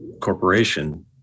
corporation